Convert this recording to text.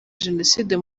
jenoside